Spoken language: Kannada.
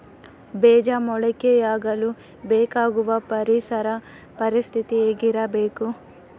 ಬೇಜ ಮೊಳಕೆಯಾಗಲು ಬೇಕಾಗುವ ಪರಿಸರ ಪರಿಸ್ಥಿತಿ ಹೇಗಿರಬೇಕು?